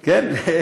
כן.